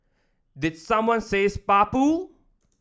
did someone say spa pool